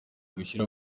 gushyira